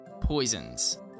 poisons